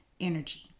energy